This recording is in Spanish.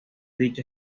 dicho